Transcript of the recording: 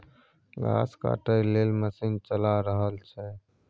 घास काटय लेल मशीन चला रहल छै